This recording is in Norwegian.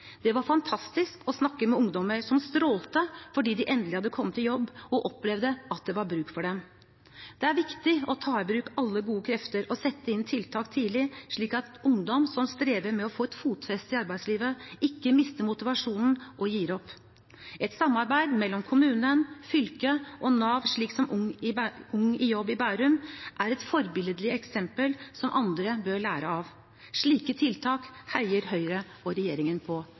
Det var fantastisk å snakke med ungdommer som strålte fordi de endelig hadde kommet i jobb og opplevde at det var bruk for dem. Det er viktig å ta i bruk alle gode krefter og sette inn tiltak tidlig, slik at ungdom som strever med å få et fotfeste i arbeidslivet, ikke mister motivasjonen og gir opp. Et samarbeid mellom kommunen, fylket og Nav, slik som Ung i Jobb i Bærum, er et forbilledlig eksempel som andre bør lære av. Slike tiltak heier Høyre og regjeringen på.